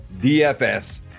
DFS